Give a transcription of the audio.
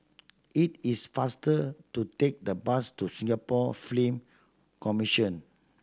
it is faster to take the bus to Singapore Commission